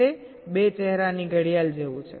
તે 2 ચહેરાની ઘડિયાળ જેવું છે